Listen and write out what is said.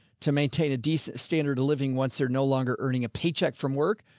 to maintain a decent standard of living once they're no longer earning a paycheck from work.